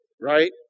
right